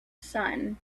sun